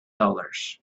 dollars